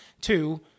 Two